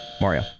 Mario